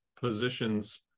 positions